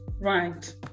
Right